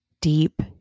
deep